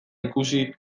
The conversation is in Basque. ikusi